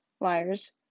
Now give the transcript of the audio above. liars